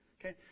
Okay